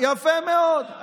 יפה מאוד.